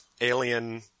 alien